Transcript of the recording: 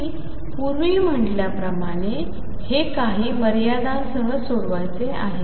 मी पूर्वी म्हटल्याप्रमाणे हे काही मर्यादांसह सोडवायचे आहे